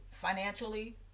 financially